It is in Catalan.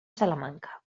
salamanca